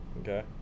Okay